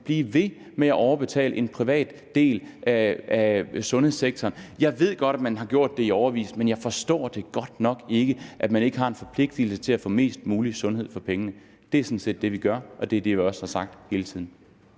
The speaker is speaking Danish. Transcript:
blive ved med at overbetale en privat del af sundhedssektoren. Jeg ved godt, at man har gjort det i årevis, men jeg forstår godt nok ikke, at man ikke føler en forpligtelse til at få mest mulig sundhed for pengene. Det er sådan set det, vi gør, og det er også det, vi har sagt hele tiden.